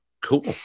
Cool